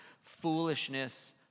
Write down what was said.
foolishness